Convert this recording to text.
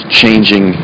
changing